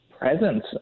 presence